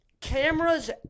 cameras